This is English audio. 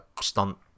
stunt